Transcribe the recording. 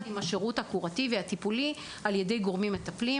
עם השירות הטיפולי על ידי הגורמים המטפלים.